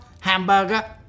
hamburger